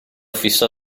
fissò